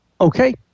Okay